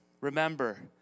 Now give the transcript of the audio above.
remember